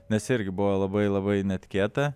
nes irgi buvo labai labai netikėta